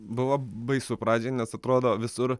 buvo baisu pradžiai nes atrodo visur